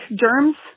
germs